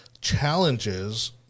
challenges